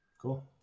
Cool